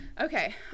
Okay